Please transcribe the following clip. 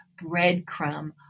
breadcrumb